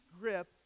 grip